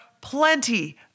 plenty